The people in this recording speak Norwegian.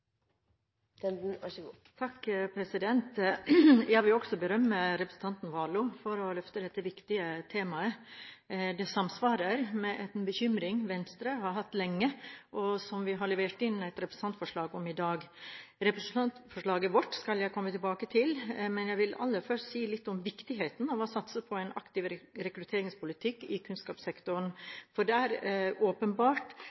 Så forskningsdebatter ja, men ikke minst ute i samfunnet og med samfunnet, som er opptatt av temaet. Jeg vil også berømme representanten Warloe for å løfte dette viktige temaet. Det samsvarer med en bekymring Venstre har hatt lenge, og som vi har levert inn et representantforslag om i dag. Representantforslaget vårt skal jeg komme tilbake til, men jeg vil aller først si litt om viktigheten av å satse på en aktiv rekrutteringspolitikk